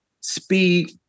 speed